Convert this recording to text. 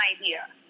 idea